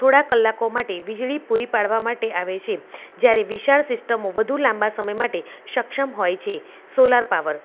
થોડા કલાકો માટે વીજળી પૂરી પાડવા માટે આવે છે જ્યારે વિશાળ સિસ્ટમો વધુ લાંબા સમય માટે સક્ષમ હોય છે સોલાર પાવર